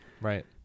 Right